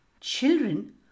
Children